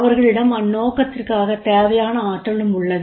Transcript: அவர்களிடம் அந்நோக்கத்திற்காக தேவையான ஆற்றலும் உள்ளது